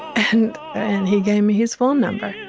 and and he gave me his phone number